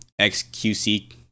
xqc